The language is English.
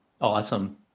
Awesome